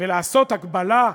ולעשות הקבלה,